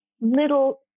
little